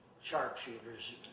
sharpshooters